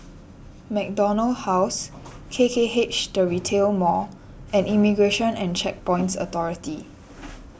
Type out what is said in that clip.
MacDonald House K K H the Retail Mall and Immigration and Checkpoints Authority